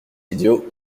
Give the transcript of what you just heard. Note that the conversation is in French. idiot